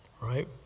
right